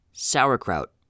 sauerkraut